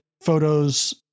photos